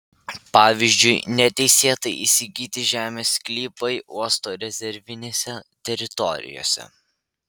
pavyzdžiui neteisėtai įsigyti žemės sklypai uosto rezervinėse teritorijose